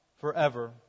forever